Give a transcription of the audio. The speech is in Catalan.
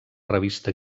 revista